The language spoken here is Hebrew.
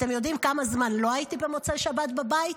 אתם יודעים כמה זמן לא הייתי במוצאי שבת בבית?